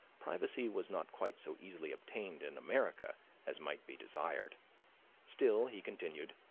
privacy was not quite so easily obtained in america as might be desired still, he continued,